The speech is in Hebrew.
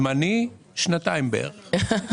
זמני, שנתיים בערך.